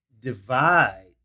divide